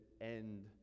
end